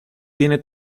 tiene